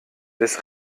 des